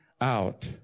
out